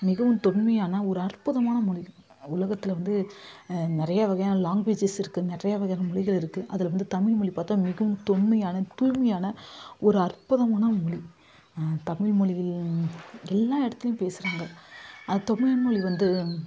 மிகவும் தொன்மையான ஒரு அற்புதமான மொழி உலகத்தில் வந்து நிறைய வகையான லாங்வேஜஸ் இருக்குது நிறையா வகையான மொழிகள் இருக்குது அதில் வந்து தமிழ் மொழி பார்த்தா மிகவும் தொன்மையான தூய்மையான ஒரு அற்புதமான மொழி தமிழ் மொழிகள் எல்லா இடத்துலையும் பேசுகிறாங்க அது தமிழ் மொழி வந்து